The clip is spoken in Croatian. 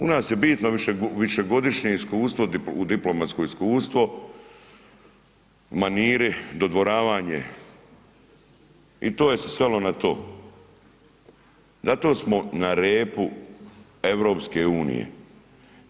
U nas je bitno višegodišnje iskustvo, diplomatsko iskustvo, maniri, dodvoravanje i to se svelo na to zato smo na repu EU-a.